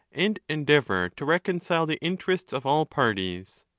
and endeavour to recon cile the interests of all parties.